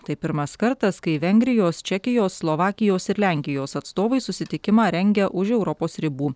tai pirmas kartas kai vengrijos čekijos slovakijos ir lenkijos atstovai susitikimą rengia už europos ribų